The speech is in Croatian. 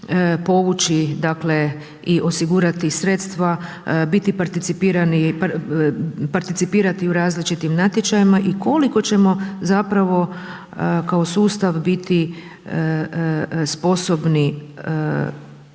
povući dakle i osigurati sredstva, biti participirani, participirati u različitim natječajima i koliko ćemo zapravo kao sustav biti sposobni